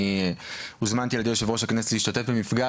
אני הוזמנתי על ידי יושב ראש הכנסת להיפגש במפגש